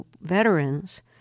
veterans